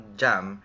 jam